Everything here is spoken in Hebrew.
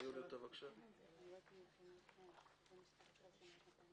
כלומר יש בסוף כ-1.2 מיליון שקל ירידה בהכנסות,